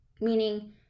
meaning